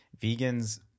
vegans